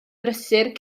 prysur